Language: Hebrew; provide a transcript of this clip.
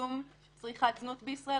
לצמצום צריכת זנות בישראל.